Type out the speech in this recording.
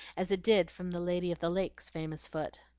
as it did from the lady of the lake's famous foot.